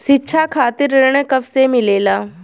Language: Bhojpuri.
शिक्षा खातिर ऋण कब से मिलेला?